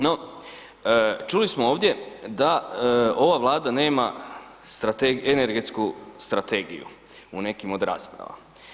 No čuli smo ovdje da ova Vlada nema energetsku strategiju u nekim od rasprava.